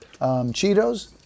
Cheetos